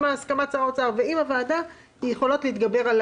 המטרה של ההוראה הזאת היא להגיד שיכול להיות שבאמת יינתן